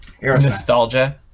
nostalgia